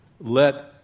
Let